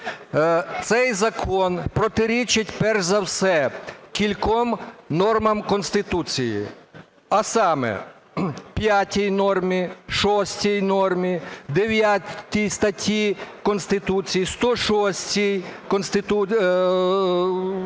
Цей закон протирічить перш за все кільком нормам Конституції, а саме: 5 нормі, 6 нормі, 9 статті Конституції, 106 статті Конституції.